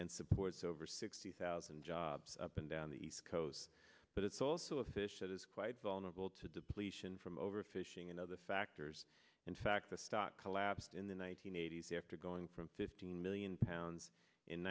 and supports over sixty thousand jobs up and down the east coast but it's also a fish that is quite vulnerable to depletion from overfishing and other factors in fact the stock collapsed in the one nine hundred eighty s after going from fifteen million pounds in